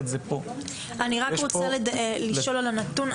אני רק רוצה לשאול על הנתון.